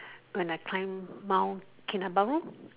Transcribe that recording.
when I climb Mount-Kinabalu